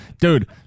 Dude